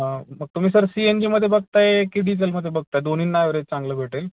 हं मग तुम्ही सर सी एन जीमध्ये बघत आहे की डीझेलमध्ये बघत आहे दोन्हींना ॲवरेज चांगलं भेटेल